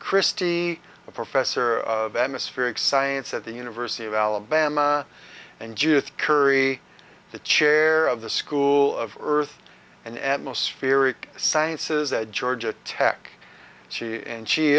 christy a professor of atmospheric science at the university of alabama and judith curry the chair of the school of earth and atmospheric sciences at georgia tech she and she